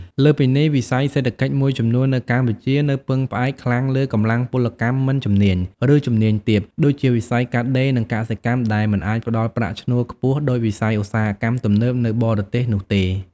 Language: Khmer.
លើសពីនេះ វិស័យសេដ្ឋកិច្ចមួយចំនួននៅកម្ពុជានៅពឹងផ្អែកខ្លាំងលើកម្លាំងពលកម្មមិនជំនាញ ឬជំនាញទាប ដូចជាវិស័យកាត់ដេរ និងកសិកម្ម ដែលមិនអាចផ្ដល់ប្រាក់ឈ្នួលខ្ពស់ដូចវិស័យឧស្សាហកម្មទំនើបនៅបរទេសនោះទេ។